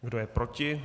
Kdo je proti?